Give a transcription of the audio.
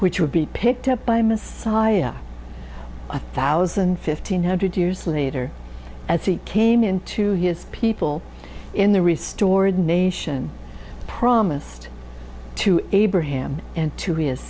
which would be picked up by messiah a thousand fifteen hundred years later as he came into his people in the restored nation promised to abraham and to his